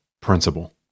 principle